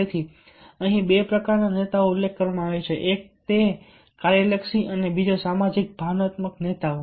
તેથી અહીં બે પ્રકારના નેતાઓનો ઉલ્લેખ કરવામાં આવ્યો છે એક તે કાર્યલક્ષી અને બીજો સામાજિક ભાવનાત્મક નેતાઓ